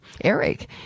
eric